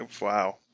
Wow